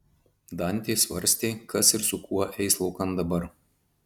dantė svarstė kas ir su kuo eis laukan dabar